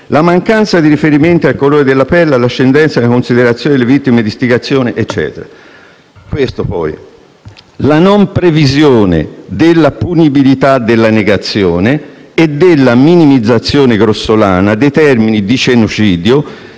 la mancanza di riferimenti al colore della pelle e all'ascendenza nella considerazione delle vittime di istigazione (...); la non previsione della punibilità della "negazione" e della "minimizzazione grossolana" dei crimini di genocidio,